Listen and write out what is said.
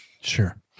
sure